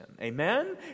Amen